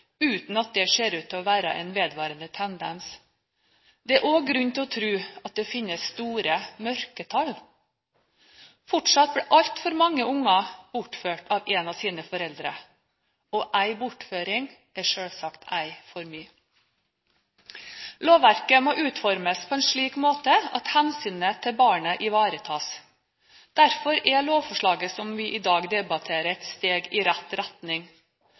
uten at det ser ut til å være en vedvarende tendens. Det er også grunn til å tro at det finnes store mørketall. Fortsatt blir altfor mange barn bortført av en av sine foreldre. Og én bortføring er selvsagt én for mye. Lovverket må utformes på en slik måte at hensynet til barnet ivaretas. Derfor er lovforslaget som vi i dag debatterer, et steg i rett retning.